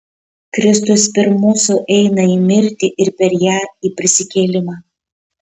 kristus pirm mūsų eina į mirtį ir per ją į prisikėlimą